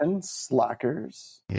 Slackers